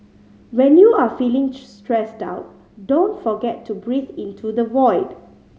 when you are feeling stressed out don't forget to breathe into the void